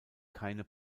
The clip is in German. keine